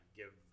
give